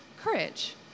courage